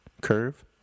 curve